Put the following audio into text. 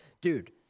dude